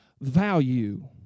value